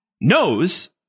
knows